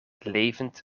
levend